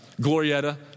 Glorieta